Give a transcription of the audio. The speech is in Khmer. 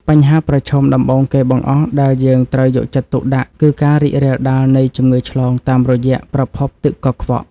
បញ្ហាប្រឈមដំបូងគេបង្អស់ដែលយើងត្រូវយកចិត្តទុកដាក់គឺការរីករាលដាលនៃជំងឺឆ្លងតាមរយៈប្រភពទឹកកខ្វក់។